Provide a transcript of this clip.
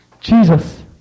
Jesus